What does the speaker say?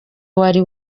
wari